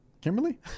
Kimberly